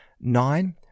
nine